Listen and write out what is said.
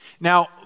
now